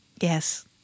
Yes